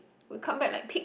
we come back like pig